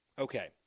Okay